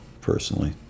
Personally